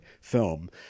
film